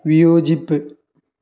വിയോജിപ്പ്